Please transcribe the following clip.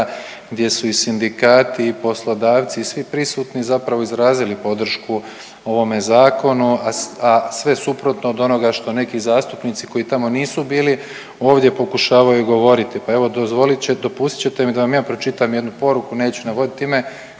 gdje su i sindikati i poslodavci i svi prisutni zapravo izrazili podršku ovome zakonu, a sve suprotno od onoga što neki zastupnici koji tamo nisu bili ovdje pokušavaju govoriti. Pa evo dozvolit ćete, dopustit ćete mi da vam ja pročitam jednu poruku. Neću navoditi ime